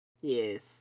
yes